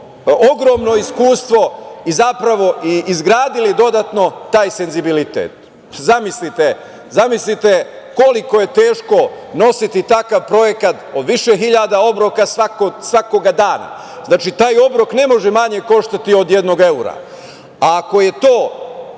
ogromno iskustvo i zapravo, izgradili dodatno taj senzibilitet. Zamislite koliko je teško nositi takav projekat od više hiljada obroka svakog dana. Znači, taj obrok ne može manje koštati od jednog evra. A ako je to